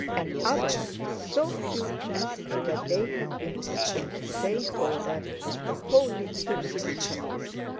and others with so few teeth that they have been put in the same order with the wholly toothless ones.